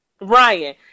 Ryan